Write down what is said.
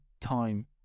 time